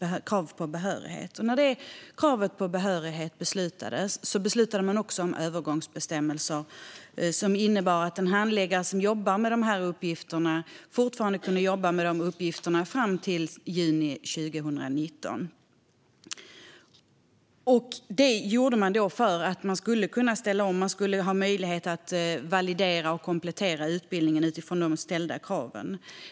När man beslutade om detta krav på behörighet beslutade man också om övergångsbestämmelser som innebar att en handläggare som jobbade med dessa uppgifter fortfarande kunde jobba med dem fram till juni 2019. Detta gjordes för att det skulle finnas möjlighet att ställa om och att validera och komplettera utbildningen utifrån de ställda kraven.